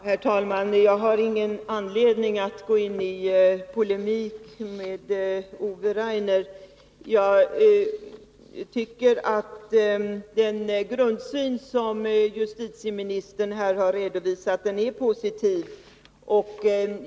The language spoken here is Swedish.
Herr talman! Jag har ingen anledning att gå in i polemik med Ove Rainer, eftersom jag tycker att den grundsyn som justitieministern har redovisat är positiv.